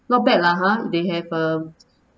not bad lah ha they have uh